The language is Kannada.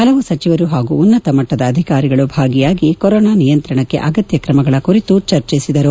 ಹಲವು ಸಚಿವರು ಹಾಗೂ ಉನ್ನತ ಮಟ್ನದ ಅಧಿಕಾರಿಗಳು ಭಾಗಿಯಾಗಿ ಕೋರೋನಾ ನಿಯಂತ್ರಣಕ್ಕೆ ಅಗತ್ಯ ಕ್ರಮಗಳ ಕುರಿತು ಚರ್ಚಿಸಿದರು